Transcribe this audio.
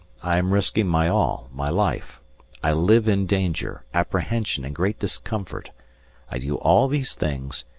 i am risking my all, my life i live in danger, apprehension and great discomfort i do all these things,